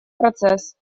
процесс